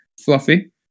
fluffy